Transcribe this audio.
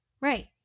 right